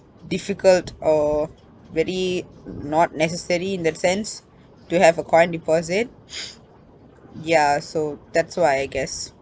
difficult or very not necessary in that sense to have a coin deposit ya so that's why I guess